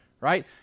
right